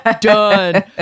Done